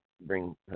bring